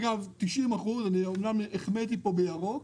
אמנם החמאתי פה בירוק,